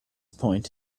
point